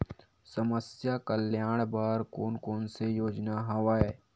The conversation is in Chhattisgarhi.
समस्या कल्याण बर कोन कोन से योजना हवय?